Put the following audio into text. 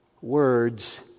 words